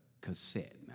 cassette